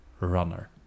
runner